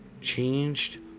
Changed